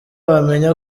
wamenya